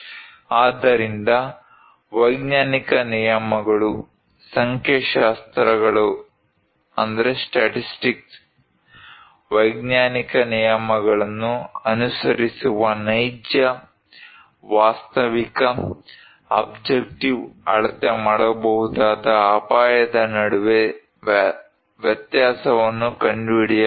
ಆದ್ದರಿಂದ ವೈಜ್ಞಾನಿಕ ನಿಯಮಗಳು ಸಂಖ್ಯಾಶಾಸ್ತ್ರಗಳ ವೈಜ್ಞಾನಿಕ ನಿಯಮಗಳನ್ನು ಅನುಸರಿಸುವ ನೈಜ ವಾಸ್ತವಿಕ ಅಬ್ಜೆಕ್ಟಿವ್ ಅಳತೆ ಮಾಡಬಹುದಾದ ಅಪಾಯದ ನಡುವೆ ವ್ಯತ್ಯಾಸವನ್ನು ಕಂಡುಹಿಡಿಯಬೇಕು